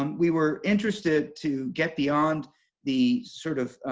um we were interested to get beyond the sort of